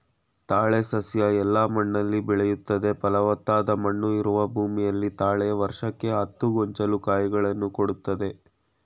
ತಾಳೆ ಸಸ್ಯ ಎಲ್ಲ ಮಣ್ಣಲ್ಲಿ ಬೆಳಿತದೆ ಫಲವತ್ತಾದ ಮಣ್ಣು ಇರುವ ಭೂಮಿಯಲ್ಲಿ ತಾಳೆ ವರ್ಷಕ್ಕೆ ಹತ್ತು ಗೊಂಚಲು ಕಾಯಿಗಳನ್ನು ಕೊಡ್ತದೆ